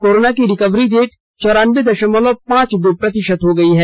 corona की recovery rate चौरानबे दशमलव पांच दो प्रतिशत है